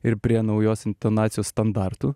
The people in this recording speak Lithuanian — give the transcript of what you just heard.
ir prie naujos intonacijos standartų